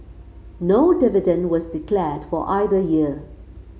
no dividend was declared for either year